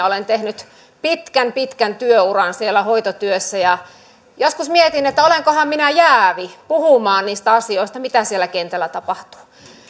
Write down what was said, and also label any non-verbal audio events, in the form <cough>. <unintelligible> olen tehnyt pitkän pitkän työuran siellä hoitotyössä ja joskus mietin että olenkohan minä jäävi puhumaan niistä asioista mitä siellä kentällä tapahtuu